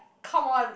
come on